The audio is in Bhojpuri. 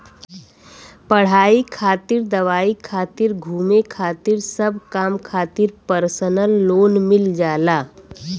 पढ़ाई खातिर दवाई खातिर घुमे खातिर सब काम खातिर परसनल लोन मिल जाला